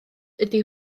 ydi